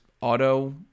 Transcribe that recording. auto